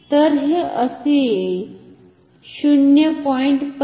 तर हे असे येईल 0